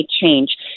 change